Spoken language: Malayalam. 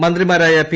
മന്ത്രിമാരായ പി